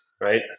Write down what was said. right